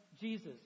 Jesus